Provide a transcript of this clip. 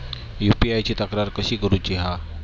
UPI ची तक्रार कशी करुची हा?